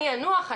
אני אנוח,